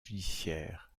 judiciaire